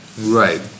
Right